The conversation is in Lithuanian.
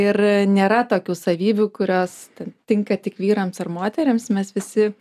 ir nėra tokių savybių kurios ten tinka tik vyrams ar moterims mes visi